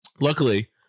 Luckily